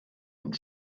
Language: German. und